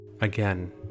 Again